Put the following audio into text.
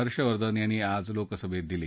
हर्षवर्धन यांनी आज लोकसभेत दिली